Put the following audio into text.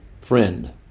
friend